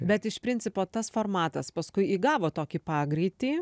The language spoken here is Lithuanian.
bet iš principo tas formatas paskui įgavo tokį pagreitį